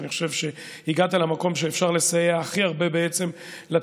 אני חושב שהגעת למקום שאפשר לסייע הכי הרבה לציבור,